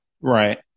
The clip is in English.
Right